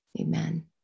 Amen